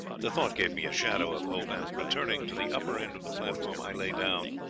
the thought gave me a shadow of hope, and, returning to the upper end of the platform, i lay down,